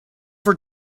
for